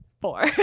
four